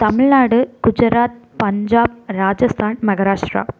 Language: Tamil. தமிழ்நாடு குஜராத் பஞ்சாப் ராஜஸ்தான் மஹாராஷ்டிரா